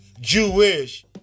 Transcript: Jewish